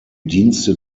dienste